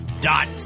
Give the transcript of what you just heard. dot